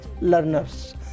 learners